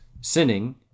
sinning